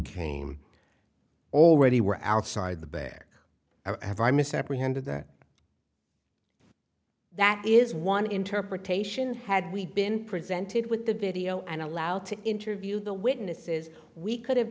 came already were outside the bear i have i missed apprehended that that is one interpretation had we been presented with the video and allowed to interview the witnesses we could